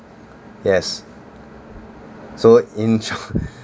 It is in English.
yes so in short